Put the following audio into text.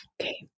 Okay